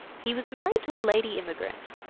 he was married to a lady immigrant,